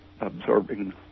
absorbing